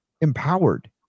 empowered